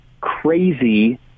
crazy